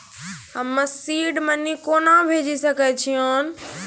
हम्मे seed money कोना भेजी सकै छिओंन